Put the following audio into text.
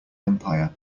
empire